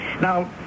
Now